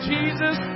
Jesus